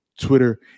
Twitter